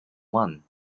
won